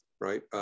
right